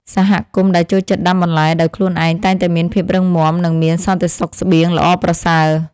សហគមន៍ដែលចូលចិត្តដាំបន្លែដោយខ្លួនឯងតែងតែមានភាពរឹងមាំ និងមានសន្តិសុខស្បៀងល្អប្រសើរ។